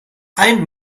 ein